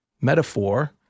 metaphor